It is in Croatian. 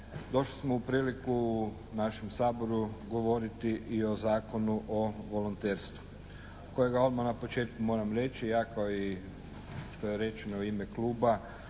došli smo u priliku našem Saboru govoriti i o Zakonu o volonterstvu kojega odmah na početku moram reći ja kao i što je rečeno u ime Kluba